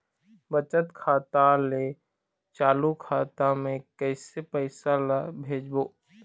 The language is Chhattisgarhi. बचत खाता ले चालू खाता मे कैसे पैसा ला भेजबो?